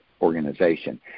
organization